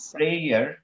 prayer